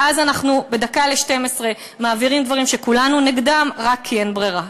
ואז אנחנו בדקה לשתים-עשרה מעבירים דברים שכולנו נגדם רק כי אין ברירה.